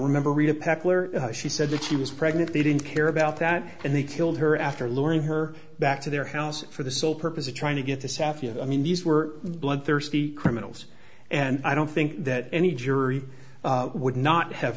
remember she said that she was pregnant they didn't care about that and they killed her after luring her back to their house for the sole purpose of trying to get the south you know i mean these were bloodthirsty criminals and i don't think that any jury would not have